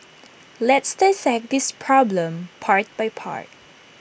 let's dissect this problem part by part